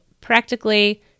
practically